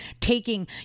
taking